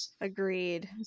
agreed